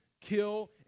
kill